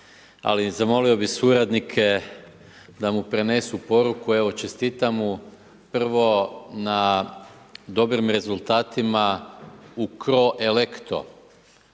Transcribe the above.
ali zamolio bih suradnike da mu prenesu poruku, evo čestitam mu prvo na dobrim rezultatima u cro electro,